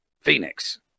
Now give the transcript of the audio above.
Phoenix